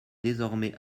désormais